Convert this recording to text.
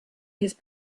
his